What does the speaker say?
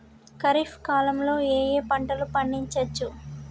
ఖరీఫ్ కాలంలో ఏ ఏ పంటలు పండించచ్చు?